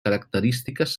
característiques